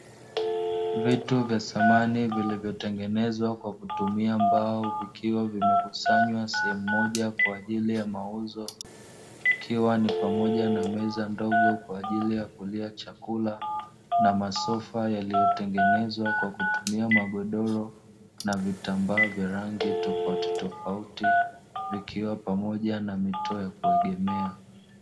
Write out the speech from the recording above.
Vitu vya samani vilivyotengenezwa kwa kutumia mbao vikiwa vimekusanywa sehemu moja kwa ajili ya mauzo, ikiwa ni pamoja na meza ndogo kwa ajili ya kulia chakula na masofa yaliyotengenezwa kwa kutumia magodoro na vitambaa vya rangi tofautitofauti, vikiwa pamoja na mito ya kuegemea.